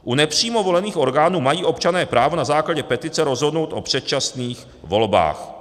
U nepřímo volených orgánů mají občané právo na základě petice rozhodnout o předčasných volbách.